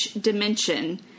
dimension